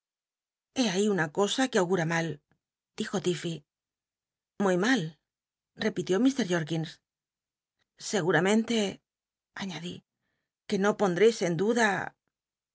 ahí una cosa que augura mal dijo l'if fey muy mal repitió mr jorkins seguramente añadí que no pondreis en duda